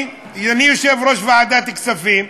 אני, יושב-ראש ועדת הכספים,